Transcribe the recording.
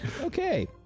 okay